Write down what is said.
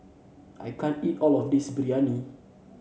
I can't eat all of this Biryani